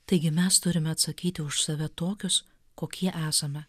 taigi mes turime atsakyti už save tokius kokie esame